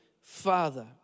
Father